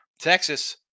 Texas